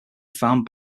found